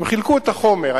הם חילקו את החומר.